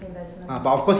investments